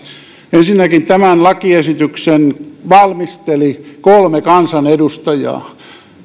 ensinnäkin tämän lakiesityksen valmisteli kolme kansanedustajaa